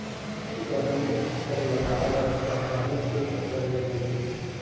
गहूँ के फसल लगाए हस त गहूँच के फसल ल लूबे